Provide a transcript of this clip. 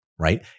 Right